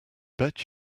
bet